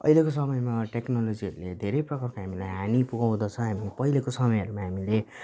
अहिलेको समयमा टेक्नोलोजीहरूले धेरै प्रकारको हामीलाई हानि पुर्याउँदछ हामी पहिलेको समयहरूमा हामीले